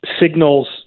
signals